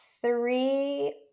three